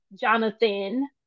Jonathan